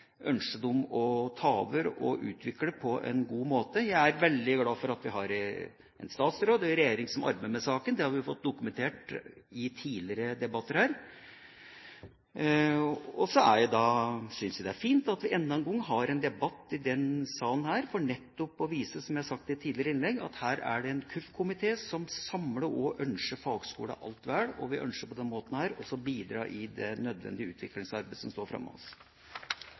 å ta over og utvikle på en god måte. Jeg er veldig glad for at vi har en statsråd og ei regjering som arbeider med saken. Det har vi jo fått dokumentert i tidligere debatter her. Og så synes jeg det er fint at vi enda en gang har en debatt i denne salen for nettopp å vise – som jeg har sagt i et tidligere innlegg – at her er det en kirke-, utdannings- og forskningskomité som samlet ønsker fagskolene alt vel. Vi ønsker på denne måten å bidra i det nødvendige utviklingsarbeidet som står